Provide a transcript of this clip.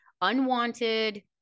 unwanted